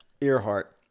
Earhart